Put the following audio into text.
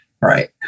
right